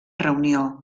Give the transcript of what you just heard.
reunió